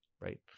Right